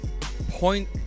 point